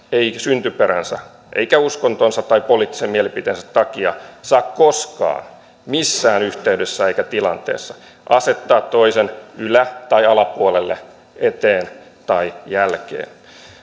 ei syntyperänsä eikä uskontonsa tai poliittisen mielipiteensä takia saa koskaan missään yhteydessä tai tilanteessa asettaa toisen ylä tai alapuolelle eteen tai jälkeen